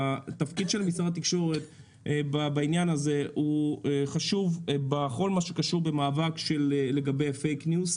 שהתפקיד של משרד התקשורת חשוב בכל מה שקשור למאבק בפייק ניוז,